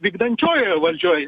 vykdančiojoje valdžioj